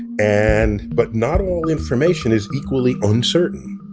and but not all information is equally uncertain.